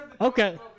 Okay